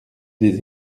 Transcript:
des